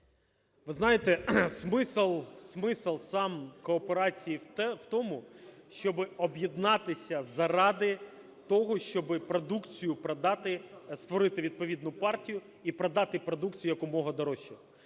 Ви знаєте, смисл, смисл сам кооперації в тому, щоби об'єднатися заради того, щоби продукцію продати, створити відповідну партію і продати продукцію якомога дорожче.